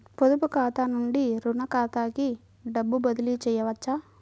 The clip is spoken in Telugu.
పొదుపు ఖాతా నుండీ, రుణ ఖాతాకి డబ్బు బదిలీ చేయవచ్చా?